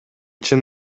чын